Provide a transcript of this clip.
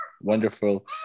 wonderful